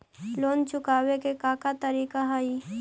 Loan चुकावे के का का तरीका हई?